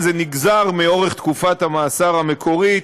זה נגזר כמובן מאורך תקופת המאסר המקורית